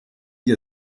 gli